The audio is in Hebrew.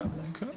כן, כן.